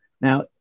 Now